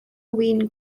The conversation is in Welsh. win